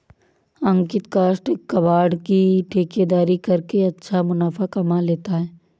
अंकित काष्ठ कबाड़ की ठेकेदारी करके अच्छा मुनाफा कमा लेता है